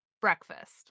Breakfast